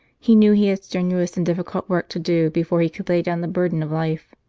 he knew he had strenuous and difficult work to do before he could lay down the burden of life,